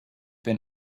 been